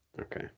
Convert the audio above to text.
Okay